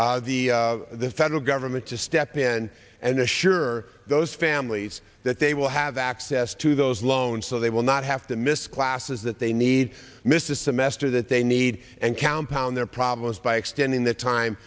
necessary the federal government to step in and assure those families that they will have access to those loans so they will not have to miss classes that they need mrs semester that they need and count down their problems by extending the time